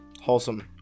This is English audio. Wholesome